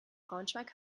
braunschweig